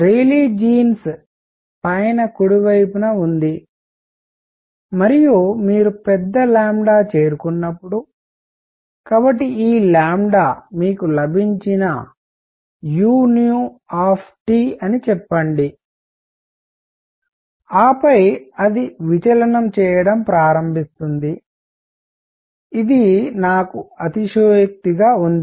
rally జీన్స్ పైన కుడి వైపున ఉంది మరియు మీరు పెద్ద చేరుకున్నప్పుడు కాబట్టి ఈ మీకు లభించిన u అని చెప్పండి ఆపై అది విచలనం చేయడం ప్రారంభిస్తుంది ఇది నాకు అతిశయోక్తి గా ఉంది